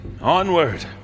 Onward